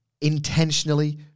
intentionally